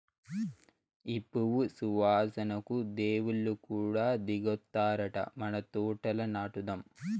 ఈ పువ్వు సువాసనకు దేవుళ్ళు కూడా దిగొత్తారట మన తోటల నాటుదాం